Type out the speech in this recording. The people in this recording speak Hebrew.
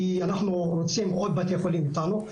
כי אנחנו רוצים עוד בתי חולים איתנו,